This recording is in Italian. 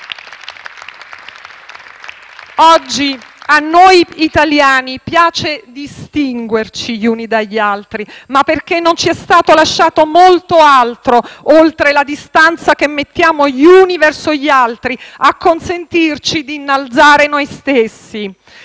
Oggi a noi italiani piace distinguerci gli uni dagli altri, ma perché non ci è stato lasciato molto altro, oltre la distanza che mettiamo gli uni verso gli altri, per consentirci di innalzare noi stessi.